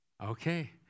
Okay